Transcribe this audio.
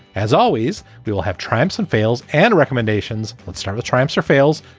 as always, we will have tribes and fails and recommendations. let's start with tribes or fails.